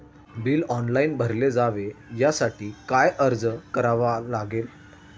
Bill online भरले जावे यासाठी काय अर्ज करावा लागेल?